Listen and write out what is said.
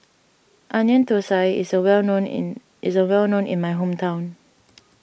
Onion Thosai is well known in is well known in my hometown